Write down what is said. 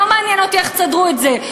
לא מעניין אותי איך תסדרו את זה.